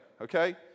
okay